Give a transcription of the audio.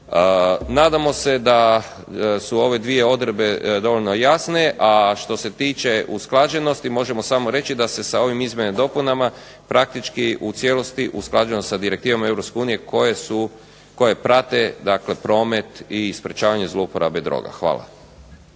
Nadamo se da su ove dvije odredbe dovoljno jasne, a što se tiče usklađenosti možemo samo reći da se sa ovim izmjenama i dopunama praktički u cijelosti usklađuje sa direktivama Europske unije koje su, koje prate dakle promet i sprječavanje zlouporabe droga. Hvala.